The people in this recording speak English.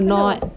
hello